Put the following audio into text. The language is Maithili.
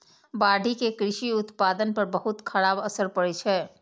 बाढ़ि के कृषि उत्पादन पर बहुत खराब असर पड़ै छै